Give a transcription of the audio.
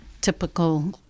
typical